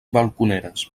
balconeres